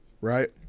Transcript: right